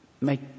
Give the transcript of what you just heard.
make